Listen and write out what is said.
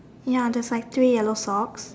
ya there's like three yellow socks